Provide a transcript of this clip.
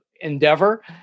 endeavor